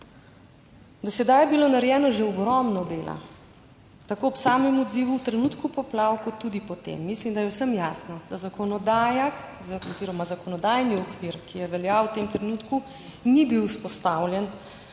Do sedaj je bilo narejeno že ogromno dela tako ob samem odzivu v trenutku poplav, kot tudi po tem. Mislim, da je vsem jasno, da zakonodaja oziroma zakonodajni okvir, ki je veljal v tem trenutku ni bil vzpostavljen